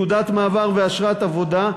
תעודת מעבר ואשרת עבודה,